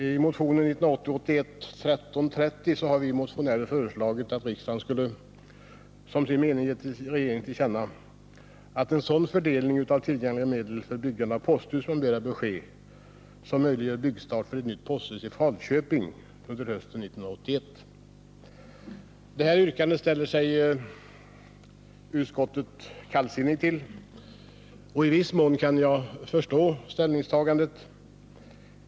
I motion 1980/81:1330 har vi motionärer föreslagit att riksdagen som sin mening ger regeringen till känna att en sådan fördelning av tillgängliga medel för byggande av posthus m.m. bör ske som möjliggör byggstart för ett nytt posthus i Falköping under hösten 1981. Det här yrkandet ställer sig utskottet kallsinnigt till. I viss mån kan jag förstå det ställningstagandet.